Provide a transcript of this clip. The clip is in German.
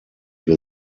wir